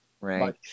Right